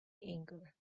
anger